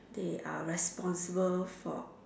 they are responsible for